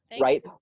right